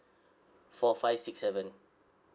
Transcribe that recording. four five six seven